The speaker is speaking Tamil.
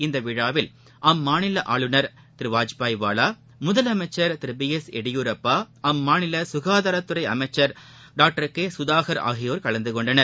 இந்தவிழாவில் அம்மாநிலஆளுநர் திருவாஜ்பாய் வாலா முதலமைச்சர் திருபி எஸ் எடியூரப்பா அம்மாநிலசுகாதாரத்துறைஅமைச்சர் டாக்டர் கேசுதாகர் ஆகியோர் கலந்துகொண்டனர்